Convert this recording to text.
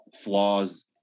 flaws